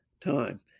time